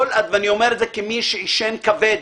ואני אומר את זה כמי שעישן כבד,